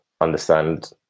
understand